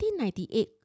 1998